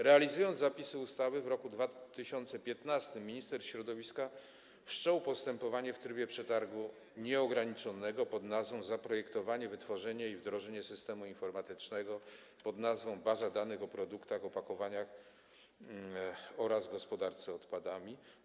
Realizując zapisy ustawy, w roku 2015 minister środowiska wszczął postępowanie w trybie przetargu nieograniczonego pn. „Zaprojektowanie, wytworzenie i wdrożenie systemu informatycznego pn. Baza danych o produktach i opakowaniach oraz o gospodarce odpadami”